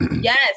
Yes